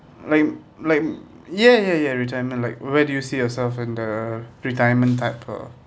like like ya ya ya retirement like where do you see yourself and the retirement type or